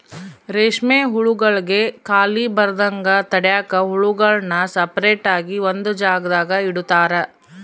ರೇಷ್ಮೆ ಹುಳುಗುಳ್ಗೆ ಖಾಲಿ ಬರದಂಗ ತಡ್ಯಾಕ ಹುಳುಗುಳ್ನ ಸಪರೇಟ್ ಆಗಿ ಒಂದು ಜಾಗದಾಗ ಇಡುತಾರ